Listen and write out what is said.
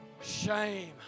shame